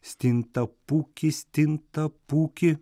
stinta pūki stinta pūki